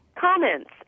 Comments